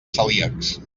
celíacs